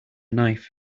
knife